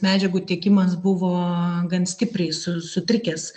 medžiagų tiekimas buvo gan stipriai su sutrikęs